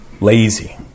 lazy